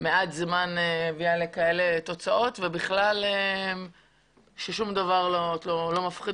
מעט זמן הביאה לתוצאות כאלה ושום דבר לא מפחיד